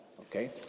okay